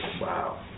Wow